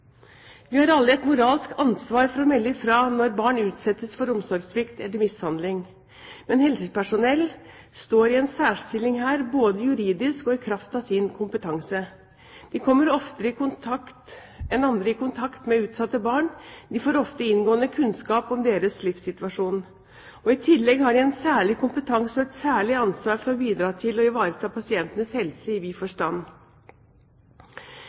Vi har alle et moralsk ansvar for å melde fra når barn utsettes for omsorgssvikt eller mishandling, men helsepersonell står her i en særstilling, både juridisk og i kraft av sin kompetanse. De kommer oftere enn andre i kontakt med utsatte barn, de får ofte inngående kunnskap om deres livssituasjon. I tillegg har de en særlig kompetanse og et særlig ansvar for å bidra til å ivareta pasientenes helse i vid forstand.